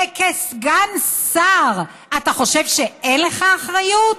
וכסגן שר אתה חושב שאין לך אחריות?